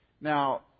Now